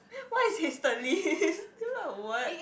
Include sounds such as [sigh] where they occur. [laughs] why is hastily [laughs] still a word